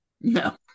No